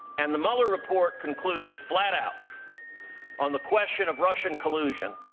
and the mueller report concluded flat out on the question of russian collusion,